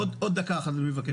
עוד דקה אחת אני מבקש.